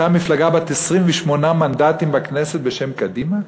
שהייתה מפלגה בת 28 מנדטים בכנסת בשם קדימה?